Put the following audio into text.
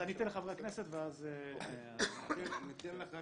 אז אני אתן לחברי הכנסת ואז --- ניתן לך תחמושת,